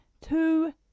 two